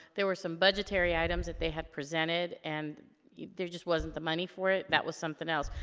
there were some budgetary items that they had presented, and there just wasn't the money for it, that was something else.